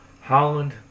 Holland